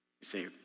say